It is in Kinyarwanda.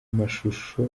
mashusho